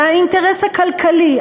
והאינטרס הכלכלי,